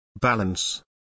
Balance